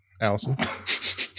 allison